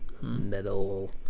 metal